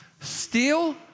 steal